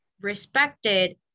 respected